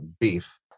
beef